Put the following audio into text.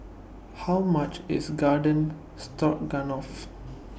How much IS Garden Stroganoff